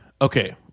Okay